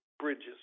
bridges